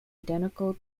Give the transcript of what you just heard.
identical